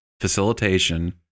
facilitation